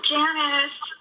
Janice